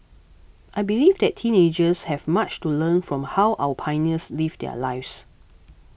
I believe that teenagers have much to learn from how our pioneers lived their lives